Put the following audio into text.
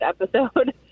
episode